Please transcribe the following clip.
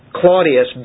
Claudius